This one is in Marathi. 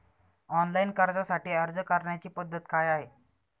ऑनलाइन कर्जासाठी अर्ज करण्याची पद्धत काय आहे?